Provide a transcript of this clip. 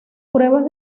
pruebas